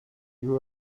you